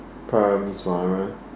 Parameswara